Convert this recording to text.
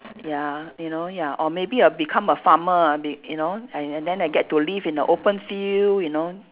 ya you know ya or maybe I'll become a farmer ah b~ you know and and then I get to live in a open field you know